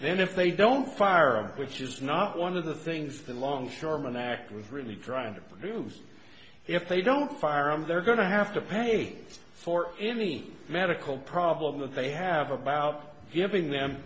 then if they don't fire which is not one of the things that longshoreman act was really trying to produce if they don't fire him they're going to have to pay for any medical problem that they have about giving them